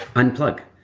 unplug.